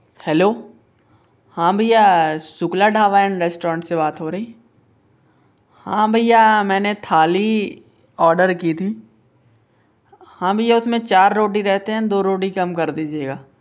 hello हाँ भय्या Shukla dhaba and restaurant से बात हो रही हाँ भय्या मैंने थाली ओडर की थी हाँ भय्या उस में चार रोटी रहते हैं दो रोटी कम कर दीजिएगा